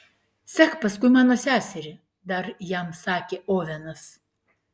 sek paskui mano seserį dar jam sakė ovenas